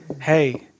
hey